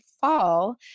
fall